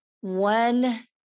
one